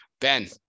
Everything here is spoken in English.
ben